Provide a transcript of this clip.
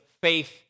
faith